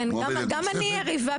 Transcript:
כן, גם אני יריבה פוליטית.